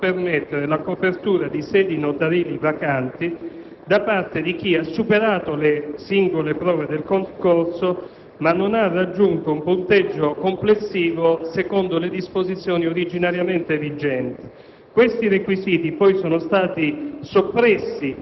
bensì di diritto transitorio, volto a permettere la copertura di sedi notarili vacanti da parte di chi ha superato le singole prove di concorso, ma non ha raggiunto un punteggio complessivo secondo le disposizioni originariamente vigenti.